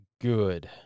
good